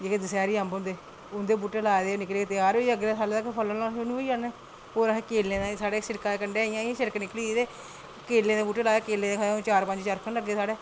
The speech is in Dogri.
जेह्के दशैह्री अम्ब होंदे उंदे बूह्टे लाए दे निक्के निक्के ते तेआर होई दे अगले साल ते फुल्ल पौने शुरू होई जाने होर असें केलें दे ते साढ़े इत्थें कंढै कंढै शिड़क निकली दी ते केलें दे बूह्टे लाए दे ते केलें दे पता निं चार पंज चरफ न लग्गे दे साढ़े